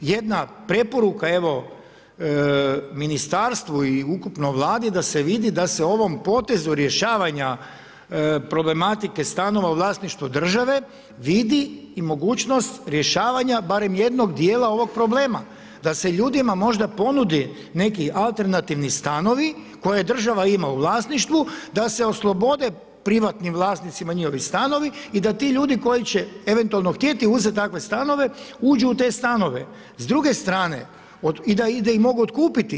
Jedna preporuka evo ministarstvu i ukupno Vladi da se vidi da se ovom potezu rješavanja problematike stanova u vlasništvu države vidi i mogućnost rješavanja barem jednog dijela ovog problema, da se ljudima možda ponudi neki alternativni stanovi koje država ima u vlasništvu, da se oslobode privatnim vlasnicima njihovi stanovi i da ti ljudi koji će eventualno htjeti uzeti takve stanove uđu u te stanove s druge strane i da ih mogu otkupiti.